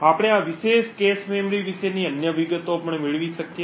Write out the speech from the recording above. આપણે આ વિશેષ cache મેમરી વિશેની અન્ય વિગતો પણ મેળવી શકીએ છીએ